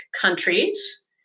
countries